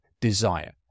desire